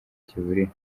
kivurira